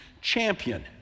champion